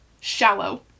shallow